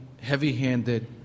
heavy-handed